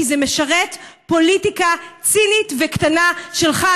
כי זה משרת פוליטיקה צינית וקטנה שלך,